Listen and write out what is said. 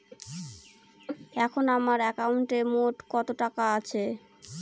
এখন আমার একাউন্টে মোট কত টাকা আছে?